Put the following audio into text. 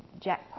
Jack